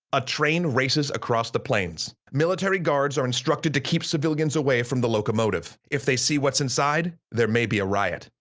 a train races across the plains. military guards are instructed to keep civilians away from the locomotive. if they see what's inside, there may be a riot.